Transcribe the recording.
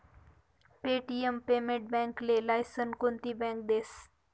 Paytm payment बॅकले license कोनती bank देस?